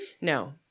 no